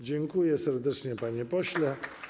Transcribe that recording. Dziękuję serdecznie, panie pośle.